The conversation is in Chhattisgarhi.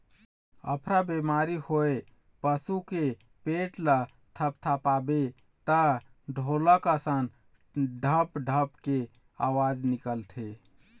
अफरा बेमारी होए पसू के पेट ल थपथपाबे त ढोलक असन ढप ढप के अवाज निकलथे